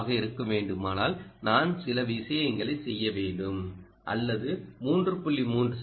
2 ஆக இருக்க வேண்டுமானால் நான் சில விஷயங்களைச் செய்ய வேண்டும் அல்லது 3